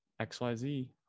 XYZ